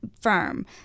Firm